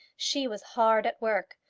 she was hard at work,